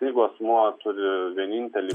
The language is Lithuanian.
jeigu asmuo turi vienintelį